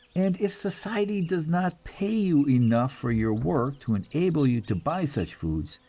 and if society does not pay you enough for your work to enable you to buy such foods,